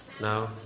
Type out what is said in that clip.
No